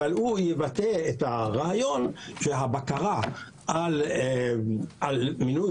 אבל הוא יבטא את הרעיון שהבקרה על מינוי